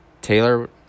Taylor